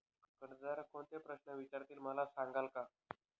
कर्जदार कोणते प्रश्न विचारतील, मला सांगाल का?